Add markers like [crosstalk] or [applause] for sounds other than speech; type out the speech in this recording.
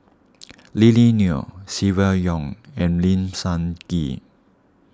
[noise] Lily Neo Silvia Yong and Lim Sun Gee